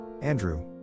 Andrew